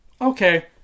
okay